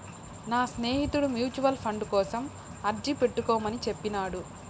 నా స్నేహితుడు mutual fund కోసం అర్జీ పెట్టుకోమని చెప్పినాడు